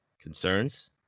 concerns